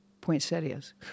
poinsettias